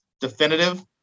definitive